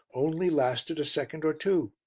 only lasted a second or two.